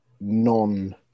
non